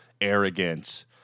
arrogant